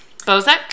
bozek